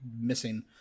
missing